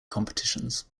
competitions